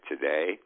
today